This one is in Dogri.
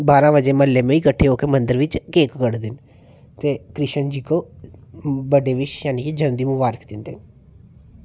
बारां बजे म्हल्लें में ही कट्ठे हो के मंदर बिच्च केक कटदे न ते कृष्ण जी को बर्थ डे विश जानि के जनम दी मुबारक दिंदे न